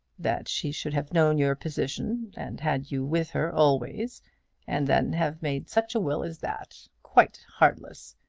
that she should have known your position, and had you with her always and then have made such a will as that! quite heartless!